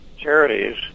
charities